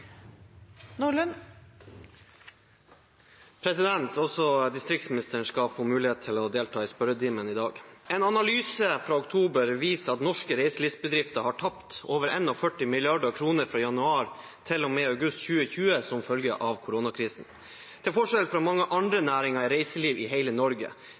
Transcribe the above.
Også distriktsministeren skal få mulighet til å delta i spørretimen i dag. En analyse fra oktober viser at norske reiselivsbedrifter har tapt over 41 mrd. kr fra januar til og med august 2020 som følge av koronakrisen. Til forskjell fra mange andre næringer er reiseliv i hele Norge.